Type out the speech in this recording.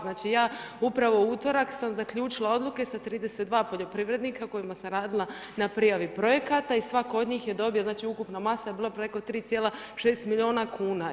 Znači ja upravo u utorak sam zaključila odluke sa 32 poljoprivrednika kojima sam radila na prijavi projekata i svako od njih je dobio, znači ukupna masa je bila preko 3,6 milijuna kuna.